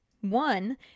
One